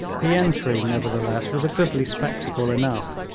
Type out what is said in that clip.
the entry, nevertheless, was a goodly spectacle enough.